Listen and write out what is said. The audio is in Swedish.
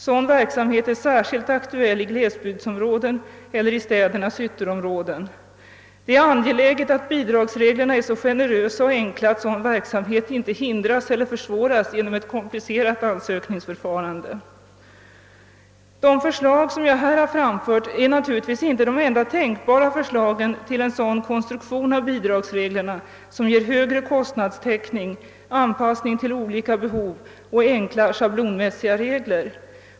Sådan verksamhet är särskilt aktuell i glesbygdsområden eller i städernas ytterområden. Det är angeläget att bidragsreglerna är så generösa och enkla att sådan verksamhet inte hindras eller försvåras genom ett komplicerat ansökningsförfarande. De förslag jag här framfört är naturligtvis inte de enda tänkbara för att få en konstruktion av bidragsreglerna, som ger högre kostnadstäckning och förbättrad anpassning till clika behov och som är enkla och schablonmässiga till sin utformning.